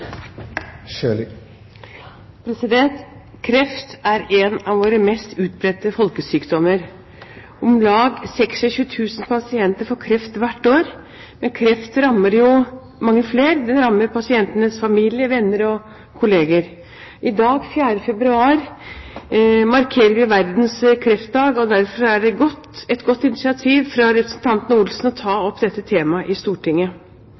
en av våre mest utbredte folkesykdommer. Om lag 26 000 pasienter får kreft hvert år. Men kreft rammer mange flere, den rammer pasientenes familier, venner og kollegaer. I dag, 4. februar, markerer vi verdens kreftdag, og derfor er det et godt initiativ fra representanten Olsen å ta opp dette temaet i Stortinget.